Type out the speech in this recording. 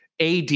ad